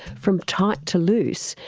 from tight to loose,